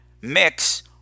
mix